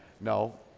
no